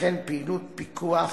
וכן פעילות פיקוח,